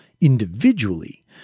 individually